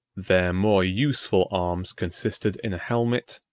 their more useful arms consisted in a helmet,